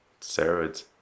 steroids